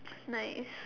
nice